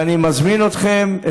ואני מזמין אתכם,